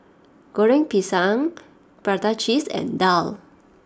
Goreng Pisang Prata Cheese and Daal